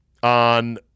on